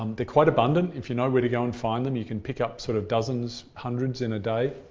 um they're quite abundant. if you know where to go and find them, you can pick up sort of dozens, hundreds in a day.